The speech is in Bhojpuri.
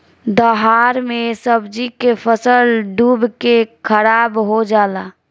दहाड़ मे सब्जी के फसल डूब के खाराब हो जला